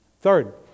Third